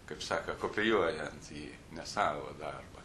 kaip sako kopijuojant jį ne savo darbą